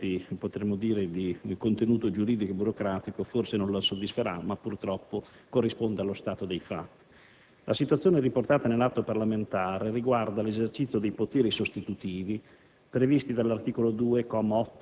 ha molti elementi di contenuto giuridico e burocratico e forse non la soddisferà, ma purtroppo corrisponde allo stato dei fatti. La situazione riportata nell'atto parlamentare riguarda l'esercizio dei poteri sostitutivi,